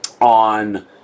on